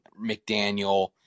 McDaniel